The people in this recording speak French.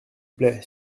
plait